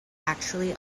actually